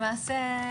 למעשה,